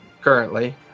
currently